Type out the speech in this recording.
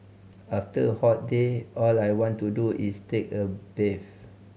after a hot day all I want to do is take a bath